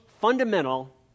fundamental